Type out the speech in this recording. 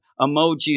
emojis